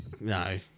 No